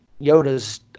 Yoda's